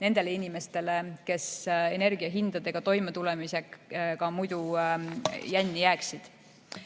nendele inimestele, kes energiahindadega toimetulemisega muidu jänni jääksid.